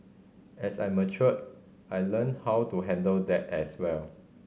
as I matured I learnt how to handle that as well